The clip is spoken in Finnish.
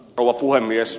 rouva puhemies